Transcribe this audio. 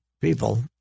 people